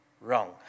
Wrong